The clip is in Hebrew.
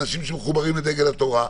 אנשים שמחוברים לדגל התורה,